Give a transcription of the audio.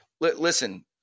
Listen